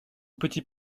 petit